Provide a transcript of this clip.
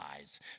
eyes